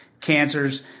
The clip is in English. cancers